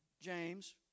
James